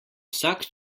vsak